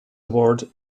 award